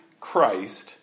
Christ